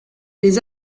les